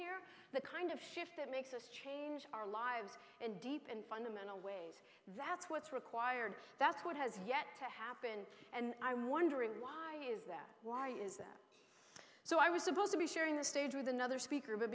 here the kind of shift that makes us change our lives and deep in fundamental ways that's what's required that's what has yet to happen and i'm wondering why is that why is that so i was supposed to be sharing the stage with another speaker